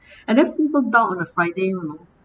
I never feel so down on a friday [one] you know